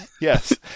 Yes